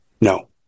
No